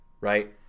Right